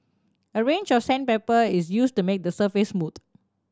a range of sandpaper is used to make the surface smooth